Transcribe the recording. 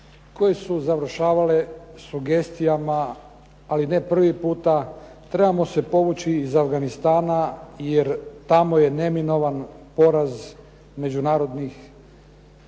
koje su završavale sugestijama, ali ne prvi puta. Trebamo se povući iz Afganistana, jer tamo je neminovan poraz međunarodnih